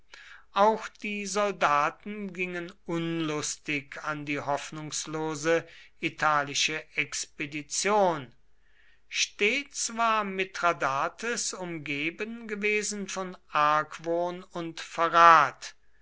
auch die soldaten gingen unlustig an die hoffnungslose italische expedition stets war mithradates umgeben gewesen von argwohn und verrat